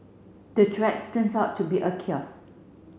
the threats turned out to be a chaos